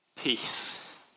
peace